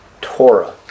Torah